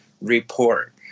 report